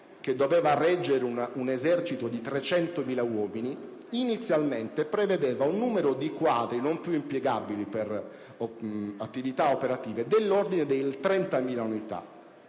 che doveva reggere un esercito di 300.000 uomini, inizialmente prevedeva un numero di quadri non più impiegabili per attività operative nell'ordine delle 30.000 unità;